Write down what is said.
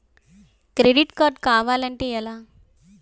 Credit card కావాలి అంటే ఎలా?